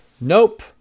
Nope